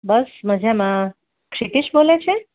બસ મજામાં ક્ષિતિજ બોલે છે